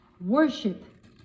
worship